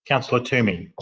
councillor toomey.